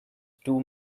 two